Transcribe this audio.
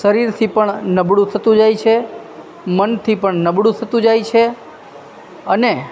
શરીરથી પણ નબળું થતું જાય છે મનથી પણ નબળું થતું જાય છે અને